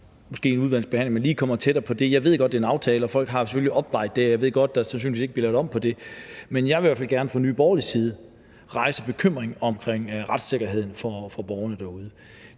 man i udvalgsbehandlingen måske lige kommer tættere på det. Jeg ved godt, det er en aftale, og at folk jo selvfølgelig har opvejet det, og jeg ved godt, at der sandsynligvis ikke bliver lavet om på det, men jeg vil i hvert fald gerne fra Nye Borgerliges side rejse en bekymring om retssikkerheden for borgerne derude